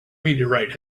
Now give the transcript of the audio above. meteorite